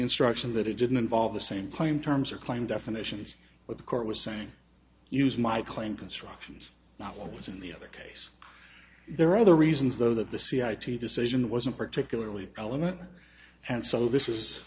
instruction that it didn't involve the same claim terms or claim definitions what the court was saying use my claim constructions not what was in the other case there are other reasons though that the c i to decision wasn't particularly element and so this is